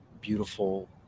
beautiful